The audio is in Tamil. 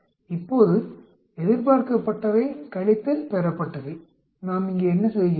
இப்போது எதிர்பார்க்கப்பட்டவை கழித்தல் பெறப்பட்டவை நாம் இங்கே என்ன செய்கிறோம்